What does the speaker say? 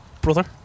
Brother